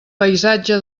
paisatge